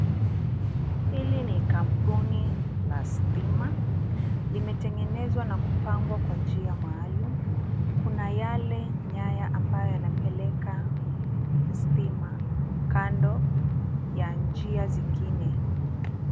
Hili ni kampuni la stima ,limetengezwa na kupangwa kwa njia maalum. Kuna yale nyaya ambayo yanapeleka stima kando ya njia zingine.